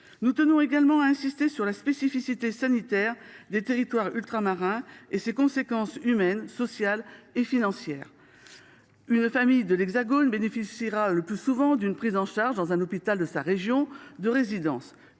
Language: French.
Nous tenons également à insister sur la spécificité sanitaire des territoires ultramarins et sur ses conséquences humaines, sociales et financières. Une famille de l’Hexagone bénéficiera le plus souvent d’une prise en charge dans un hôpital de sa région de résidence,